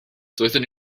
doeddwn